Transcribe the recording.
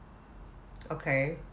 okay